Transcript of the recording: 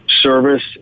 service